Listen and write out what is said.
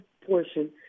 portion